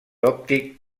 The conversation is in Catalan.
òptic